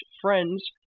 friends